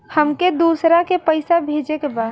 हमके दोसरा के पैसा भेजे के बा?